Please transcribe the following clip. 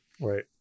Right